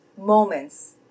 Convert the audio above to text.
moments